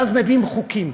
ואז מביאים חוקים.